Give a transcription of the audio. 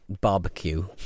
barbecue